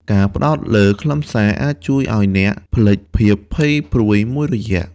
ការផ្តោតលើខ្លឹមសារអាចជួយអ្នកឱ្យភ្លេចភាពភ័យព្រួយមួយរយៈ។